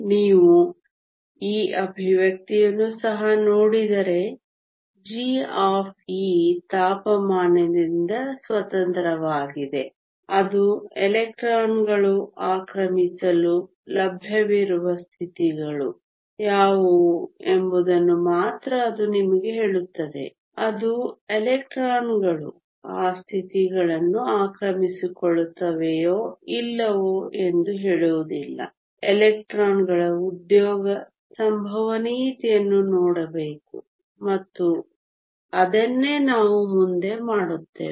ನೀವು ಈ ಎಕ್ಸ್ಪ್ರೆಶನ್ಯನ್ನು ಸಹ ನೋಡಿದರೆ g ತಾಪಮಾನದಿಂದ ಸ್ವತಂತ್ರವಾಗಿದೆ ಅದು ಎಲೆಕ್ಟ್ರಾನ್ಗಳು ಆಕ್ರಮಿಸಲು ಲಭ್ಯವಿರುವ ಸ್ಥಿತಿಗಳು ಯಾವುವು ಎಂಬುದನ್ನು ಮಾತ್ರ ಅದು ನಿಮಗೆ ಹೇಳುತ್ತದೆ ಅದು ಎಲೆಕ್ಟ್ರಾನ್ಗಳು ಆ ಸ್ಥಿತಿಗಳನ್ನು ಆಕ್ರಮಿಸಿಕೊಳ್ಳುತ್ತವೆಯೋ ಇಲ್ಲವೋ ಎಂದು ಹೇಳುವುದಿಲ್ಲ ಎಲೆಕ್ಟ್ರಾನ್ಗಳ ಉದ್ಯೋಗ ಸಂಭವನೀಯತೆಯನ್ನು ನೋಡಬೇಕು ಮತ್ತು ಅದನ್ನೇ ನಾವು ಮುಂದೆ ಮಾಡುತ್ತೇವೆ